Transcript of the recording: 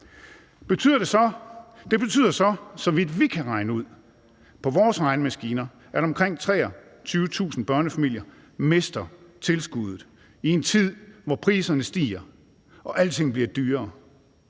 Det betyder så, så vidt vi kan regne ud på vores regnemaskiner, at omkring 23.000 børnefamilier mister tilskuddet i en tid, hvor priserne stiger og alting bliver dyrere.